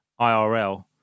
IRL